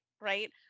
right